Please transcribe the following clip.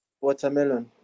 watermelon